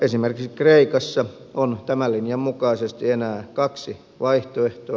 esimerkiksi kreikassa on tämän linjan mukaisesti enää kaksi vaihtoehtoa